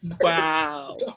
wow